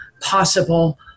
possible